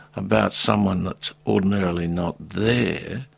about someone that's ordinarily not there,